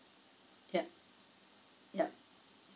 yup yup